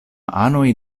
anoj